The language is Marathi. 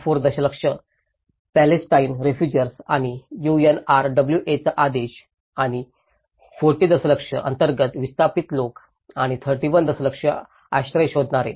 4 दशलक्ष पॅलेस्टाईन रेफुजिर्स आणि यूएनआरडब्ल्यूएचा आदेश आणि 40 दशलक्ष अंतर्गत विस्थापित लोक आणि 31 दशलक्ष आश्रय शोधणारे